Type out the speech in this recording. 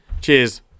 Cheers